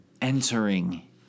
Entering